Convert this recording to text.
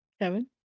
Kevin